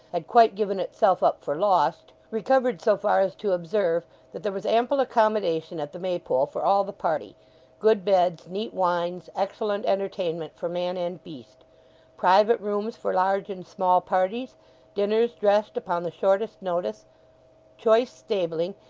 had quite given itself up for lost recovered so far as to observe that there was ample accommodation at the maypole for all the party good beds neat wines excellent entertainment for man and beast private rooms for large and small parties dinners dressed upon the shortest notice choice stabling,